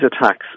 attacks